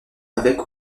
avec